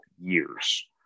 years